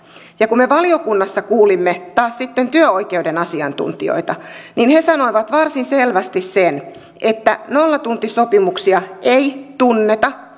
kun me valiokunnassa kuulimme työoikeuden asiantuntijoita niin he taas sitten sanoivat varsin selvästi sen että nollatuntisopimuksia ei tunneta